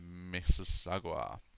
Mississauga